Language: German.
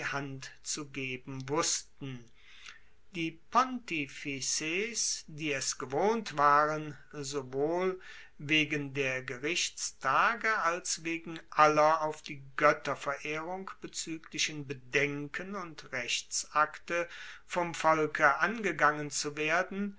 hand zu geben wussten die pontifices die es gewohnt waren sowohl wegen der gerichtstage als wegen aller auf die goetterverehrung bezueglichen bedenken und rechtsakte vom volke angegangen zu werden